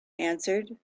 answered